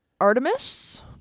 Artemis